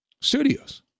Studios